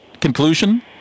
conclusion